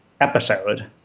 episode